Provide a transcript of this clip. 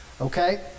okay